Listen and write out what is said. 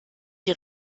die